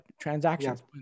transactions